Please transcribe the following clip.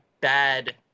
bad